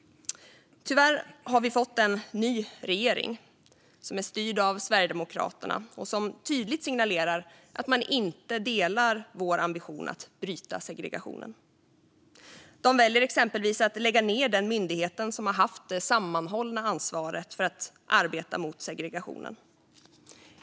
Tyvärr har vi fått en ny regering som är styrd av Sverigedemokraterna och som tydligt signalerar att man inte delar vår ambition att bryta segregationen. Man väljer exempelvis att lägga ned den myndighet som haft det sammanhållna ansvaret för arbetet mot segregationen.